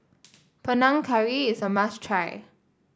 Panang Curry is a must try